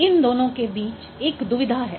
इन दोनों के बीच एक दुविधा है